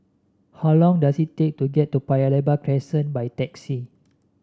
how long does it take to get to Paya Lebar Crescent by taxi